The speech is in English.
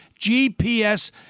GPS